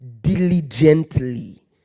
diligently